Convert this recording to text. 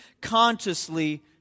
consciously